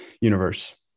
universe